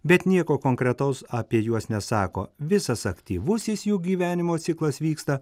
bet nieko konkretaus apie juos nesako visas aktyvusis jų gyvenimo ciklas vyksta